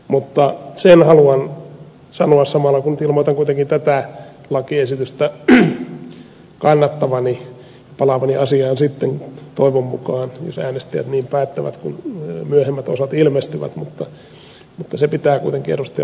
mutta sen haluan sanoa samalla kun nyt ilmoitan kuitenkin tätä lakiesitystä kannattavani palaan asiaan sitten toivon mukaan jos äänestäjät niin päättävät kun myöhemmät osat ilmestyvät se pitää kuitenkin ed